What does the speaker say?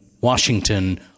Washington